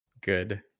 Good